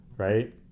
Right